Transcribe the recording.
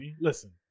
listen